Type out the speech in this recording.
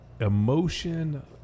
emotion